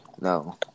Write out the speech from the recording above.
No